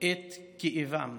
את כאבם.